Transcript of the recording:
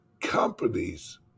companies